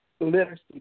literacy